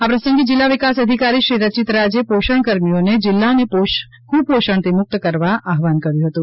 આ પ્રસંગે જિલ્લા વિકાસ અધિકારી શ્રી રચિત રાજે પોષણકર્મીઓને જિલ્લાને કુપોષણથી મુક્ત કરવા આહ્વાન કર્યું હતું